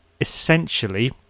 Essentially